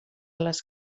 les